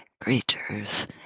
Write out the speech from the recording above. creatures